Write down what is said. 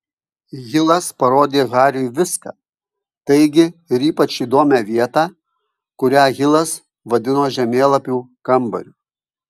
hilas parodė hariui viską taigi ir ypač įdomią vietą kurią hilas vadino žemėlapių kambariu